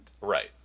Right